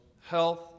health